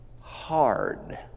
hard